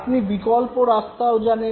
আপনি বিকল্প রাস্তাও জানেন